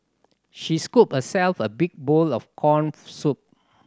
she scooped herself a big bowl of corn soup